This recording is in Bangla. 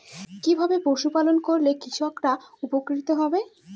কিভাবে পশু পালন করলেই কৃষকরা উপকৃত হবে?